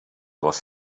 was